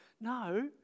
No